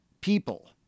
people